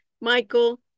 Michael